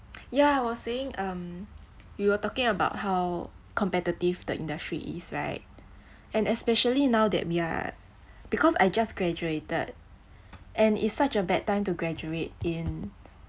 yeah I was saying um we were talking about how competitive the industry is right and especially now that we are because I just graduated and it's such a bad time to graduate in